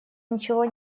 ничего